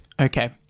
Okay